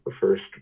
first